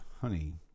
honey